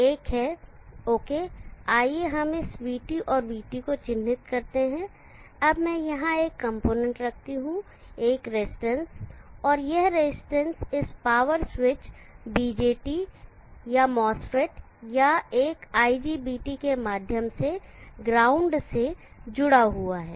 एक है ओके आइए हम इस vT और vT को चिन्हित करते हैं अब मैं यहां एक कॉम्पोनेंट रखता हूं एक रजिस्टेंस और यह रेजिस्टेंस इस पावर स्विच बीजेटी या मॉसफेट या एक आईजीबीटी के माध्यम से ग्राउंड से जुड़ा हुआ है